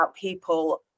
people